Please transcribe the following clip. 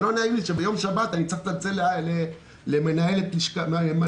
לא נעים לי שביום שבת אני צריך לצלצל למנהלת לשכת